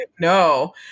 no